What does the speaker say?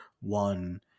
One